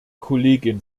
kollegin